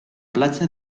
platja